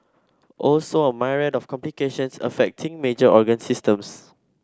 also a myriad of complications affecting major organ systems